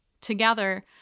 Together